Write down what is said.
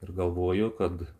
ir galvoju kad